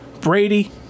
Brady